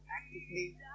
actively